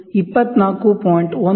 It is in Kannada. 2419 h 24